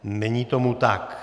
Není tomu tak.